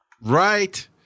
Right